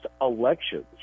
elections